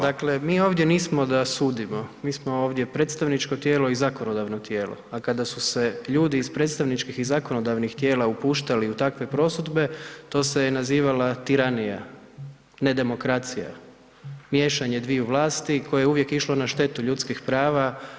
Dakle mi ovdje nismo da sudimo, mi smo ovdje predstavničko tijelo i zakonodavno tijelo, a kada su se ljudi iz predstavničkih i zakonodavnih tijela upuštali u takve prosudbe to se je nazivala tiranija, ne demokracija, miješanje dviju vlasti koje je uvijek išlo na štetu ljudskih prava.